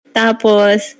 tapos